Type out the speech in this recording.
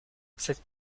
cette